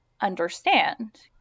understand